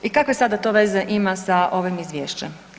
I kakve sada to veze ima sa ovim izvješćem?